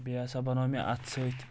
بیٚیہِ ہسا بَنوٚو مےٚ اَتھٕ سۭتۍ